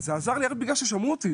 שזה עזר לי רק בגלל ששמעו אותי,